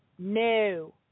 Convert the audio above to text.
No